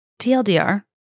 TLDR